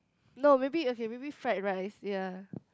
no maybe okay maybe fried rice ya